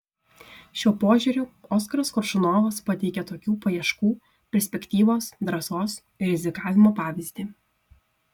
šiuo požiūriu oskaras koršunovas pateikia tokių paieškų perspektyvos drąsos ir rizikavimo pavyzdį